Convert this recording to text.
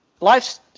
life's